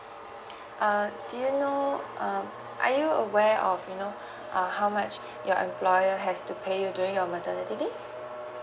uh do you know um are you aware of you know uh how much your employer has to pay you during your maternity leave